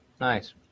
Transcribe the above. Nice